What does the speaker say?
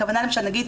הכוונה למשל נגיד,